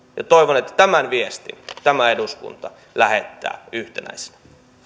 ja toivon että tämän viestin tämä eduskunta lähettää yhtenäisenä